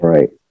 Right